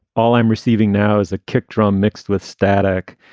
all i'm receiving now is a kick drum mixed with static.